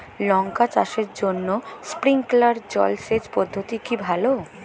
লঙ্কা চাষের জন্য স্প্রিংলার জল সেচ পদ্ধতি কি ভালো?